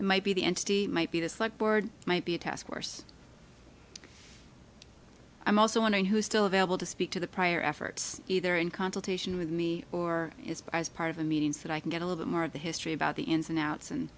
and might be the entity might be this like board might be a task force i'm also wondering who is still available to speak to the prior efforts either in consultation with me or is part of a meetings that i can get a little more of the history about the ins and outs and